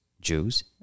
Jews